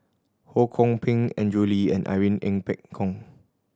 Ho Kwon Ping Andrew Lee and Irene Ng Phek Hoong